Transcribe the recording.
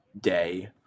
day